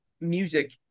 music